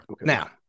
Now